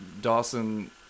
Dawson